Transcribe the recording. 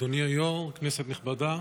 אדוני היו"ר, כנסת נכבדה,